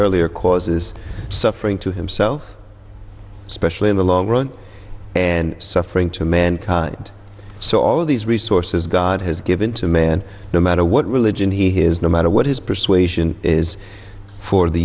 earlier causes suffering to himself especially in the long run and suffering to men and so all these resources god has given to men no matter what religion he is no matter what his persuasion is for the